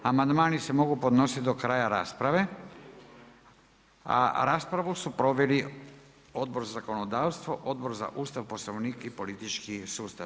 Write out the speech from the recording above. Amandmani se mogu podnositi do kraja rasprave a raspravu su proveli Odbor za zakonodavstvo, Odbor za Ustav, Poslovnik i politički sustav.